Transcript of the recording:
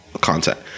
content